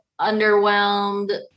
underwhelmed